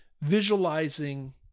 visualizing